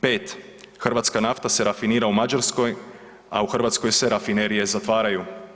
Pet, hrvatska nafta se rafinira u Mađarskoj, a u Hrvatskoj se rafinerije zatvaraju.